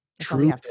True